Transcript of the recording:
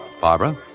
Barbara